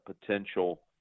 potential